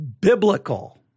biblical